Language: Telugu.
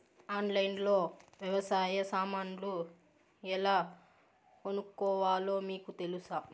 ఆన్లైన్లో లో వ్యవసాయ సామాన్లు ఎలా కొనుక్కోవాలో మీకు తెలుసా?